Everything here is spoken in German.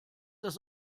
das